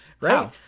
right